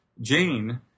Jane